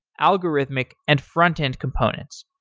algorithmic, and front-end component.